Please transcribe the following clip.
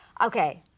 Okay